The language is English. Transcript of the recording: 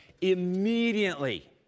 immediately